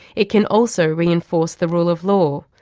it can also reinforce the rule of law,